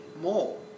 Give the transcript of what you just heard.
more